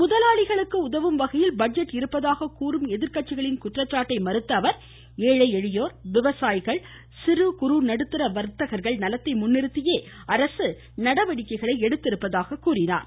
முதலாளிகளுக்கு உதவும்வகையில் பட்ஜெட் இருப்பதாக கூறும் எதிர்கட்சிகளின் குற்றச்சாட்டை மறுத்தஅவர் ஏழை எளியோர் விவசாயிகள் சிறு நடுத்தர வர்த்தகர்களின் நலத்தை முன்னிறுத்தியே அரசு நடவடிக்கைகளை எடுத்திருப்பதாக குறிப்பிட்டார்